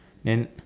then